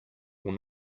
will